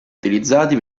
utilizzati